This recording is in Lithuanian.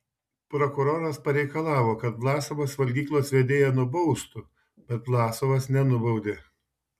prokuroras pareikalavo kad vlasovas valgyklos vedėją nubaustų bet vlasovas nenubaudė